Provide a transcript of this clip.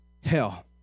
hell